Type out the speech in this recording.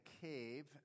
cave